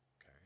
okay